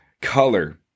color